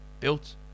Built